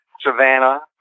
Savannah